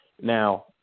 now